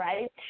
Right